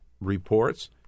reports